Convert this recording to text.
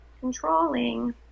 controlling